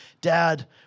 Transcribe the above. Dad